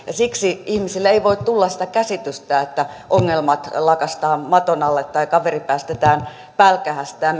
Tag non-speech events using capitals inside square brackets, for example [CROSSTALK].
[UNINTELLIGIBLE] ja siksi ihmisille ei voi tulla sitä käsitystä että ongelmat lakaistaan maton alle tai kaveri päästetään pälkähästä [UNINTELLIGIBLE]